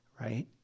right